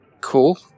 Cool